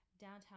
downtown